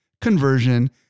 conversion